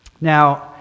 Now